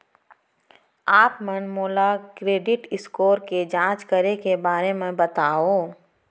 आप मन मोला क्रेडिट स्कोर के जाँच करे के बारे म बतावव?